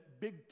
big